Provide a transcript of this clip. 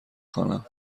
خوانم